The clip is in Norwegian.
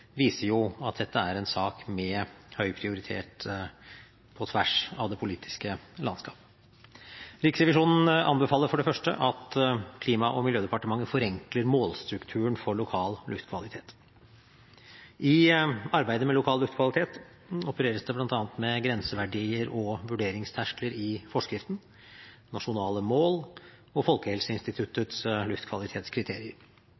viser at dette er en sak med høy prioritet på tvers av det politiske landskapet. Riksrevisjonen anbefaler for det første at Klima- og miljødepartementet forenkler målstrukturen for lokal luftkvalitet. I arbeidet med lokal luftkvalitet opereres det bl.a. med grenseverdier og vurderingsterskler i forskriften, nasjonale mål og